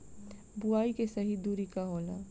बुआई के सही दूरी का होला?